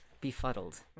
befuddled